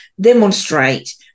demonstrate